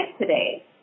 today